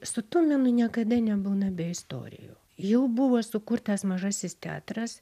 su tuminu niekada nebūna be istorijų jau buvo sukurtas mažasis teatras